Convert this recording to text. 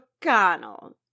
McConnell